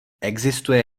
existuje